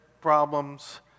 problems